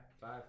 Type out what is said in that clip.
five